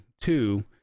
Two